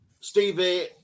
Stevie